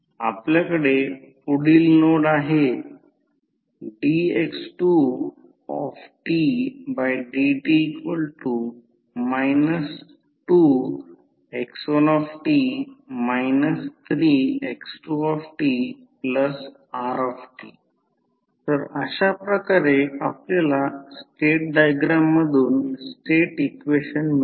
आपल्याकडे पुढील नोड आहे dx2dt 2x1t 3x2tr तर अशा प्रकारे आपल्याला स्टेट डायग्राम मधून स्टेट इक्वेशन मिळेल